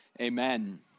Amen